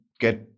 get